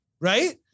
right